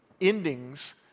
Endings